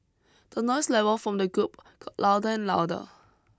the noise level from the group got louder and louder